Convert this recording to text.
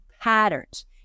patterns